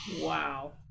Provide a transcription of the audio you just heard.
wow